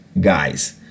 guys